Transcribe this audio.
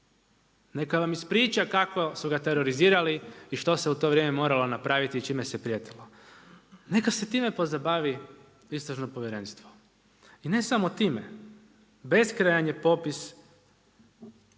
Neka vam ispriča kako su ga terorizirali i što se u to vrijeme moralo napraviti i čime se prijetilo. Neka se time pozabavi istražno povjerenstvo. I ne samo time, beskrajan je popis